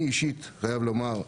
אני אישית חייב לומר,